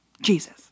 Jesus